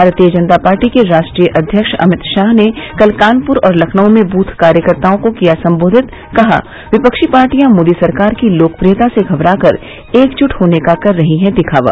भारतीय जनता पार्टी के राष्ट्रीय अध्यक्ष अमित शाह ने कल कानपुर और लखनऊ में बूथ कार्यकर्ताओं को किया संबोधित कहा विपक्षी पार्टियां मोदी सरकार की लोकप्रियता से घबरा कर एकजुट होने का कर रही है दिखावा